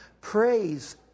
praise